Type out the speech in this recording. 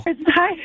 Hi